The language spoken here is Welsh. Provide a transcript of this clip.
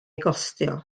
gostio